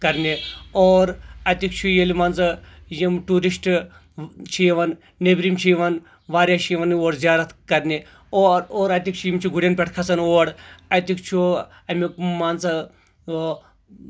کَرنہِ اور اَتیُک چھُ ییٚلہِ مان ژٕ یِم ٹیوٗرِسٹ چھِ یِوان نٮ۪برِم چھِ یِوان واریاہ چھِ یوان اور زِیارَت کرنہِ اور اتِکۍ چھِ یِم چھِ گُرین پٮ۪ٹھ کھسان اور اتیُک چھُ اَمیُک مان ژٕ